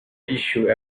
issue